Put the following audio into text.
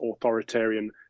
authoritarian